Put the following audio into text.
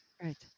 Right